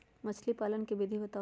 मछली पालन के विधि बताऊँ?